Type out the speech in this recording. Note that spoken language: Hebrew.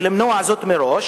ולמנוע זאת מראש,